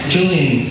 Julian